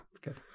good